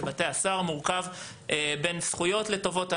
העולם בבתי הסוהר מורכב בין זכויות לטובות הנאה.